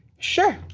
sure.